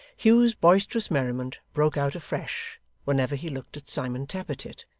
hugh's boisterous merriment broke out afresh whenever he looked at simon tappertit,